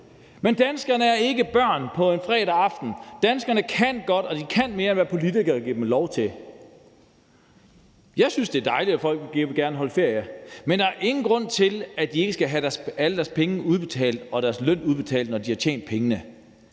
Men danskerne er ikke børn på en fredag aften. Danskerne kan godt, og de kan mere, end politikerne giver dem lov til. Jeg synes, det er dejligt, at folk gerne vil holde ferie, men der er ingen grund til, at de ikke skal have alle deres penge udbetalt og have deres løn udbetalt, når de har tjent pengene.